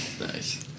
Nice